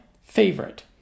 favorite